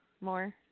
more